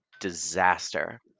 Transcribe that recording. disaster